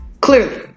clearly